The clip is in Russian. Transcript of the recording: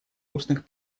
устных